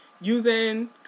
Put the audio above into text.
using